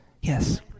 Yes